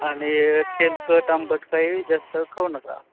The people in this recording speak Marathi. आणि तेलकट आंबट काहीही जास्त खाऊ नका